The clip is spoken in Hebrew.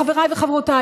חבריי וחברותיי,